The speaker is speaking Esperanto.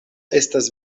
estas